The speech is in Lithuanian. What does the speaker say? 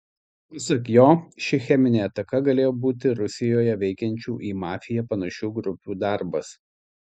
pasak jo ši cheminė ataka galėjo būti rusijoje veikiančių į mafiją panašių grupių darbas